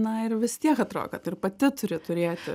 na ir vis tiek atrodo kad ir pati turi turėti